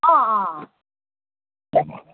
अँ अँ अँ